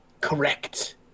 Correct